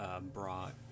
brought